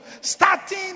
starting